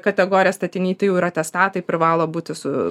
kategorijos statiny tai jau ir atestatai privalo būti su